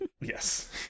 Yes